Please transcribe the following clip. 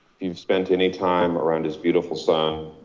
you've spent any time around his beautiful son,